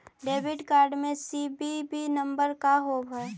Debit card में CVV number का होव हइ?